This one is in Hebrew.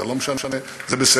זה לא משנה, זה בסדר.